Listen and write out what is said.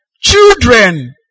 Children